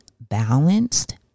balanced